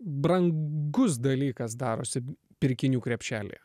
brangus dalykas darosi pirkinių krepšelyje